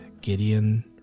Gideon